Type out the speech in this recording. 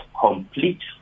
complete